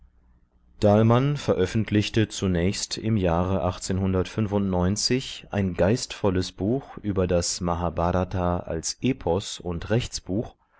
hatte dahlmann veröffentlichte zunächst im jahre ein geistvolles buch über das mahbhrata als epos und rechtsbuch